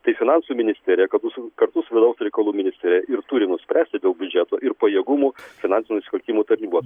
tai finansų ministerija kartu su kartu su vidaus reikalų ministerija ir turi nuspręsti dėl biudžeto ir pajėgumų finansinių nusikaltimų tarnybos